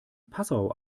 passau